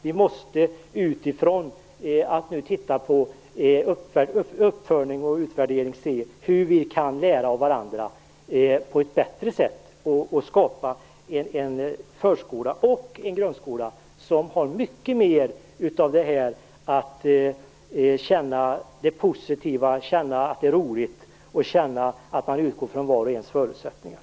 Vi måste nu titta på uppföljningen och utvärderingen för att se hur vi kan lära av varandra på ett bättre sätt. På det viset kan vi skapa en förskola och en grundskola där man lättare känner att det är positivt och roligt och att man utgår ifrån vars och ens förutsättningar.